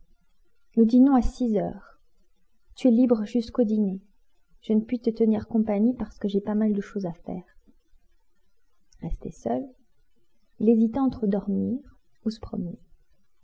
nous dînons à six heures tu es libre jusqu'au dîner je ne puis te tenir compagnie parce que j'ai pas mal de choses à faire resté seul il hésita entre dormir ou se promener